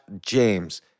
James